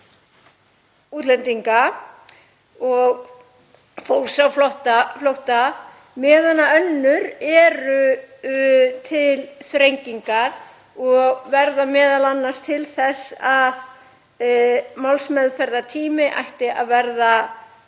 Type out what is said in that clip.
útlendinga og fólks á flótta meðan önnur eru til þrengingar og verða m.a. til þess að málsmeðferðartími ætti að verða